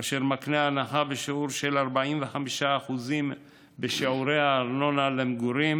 אשר מקנה הנחה בשיעור של 45% בשיעורי הארנונה למגורים